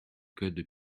code